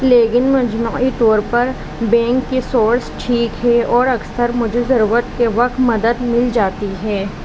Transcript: لیکن مجموعی طور پر بینک کے سورس ٹھیک ہے اور اکثر مجھے ضرورت کے وقت مدد مل جاتی ہے